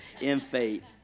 in-faith